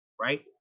right